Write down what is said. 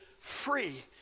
free